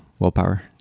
Willpower